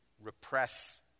repress